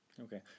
Okay